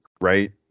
right